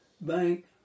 bank